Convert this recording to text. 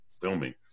filming